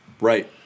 Right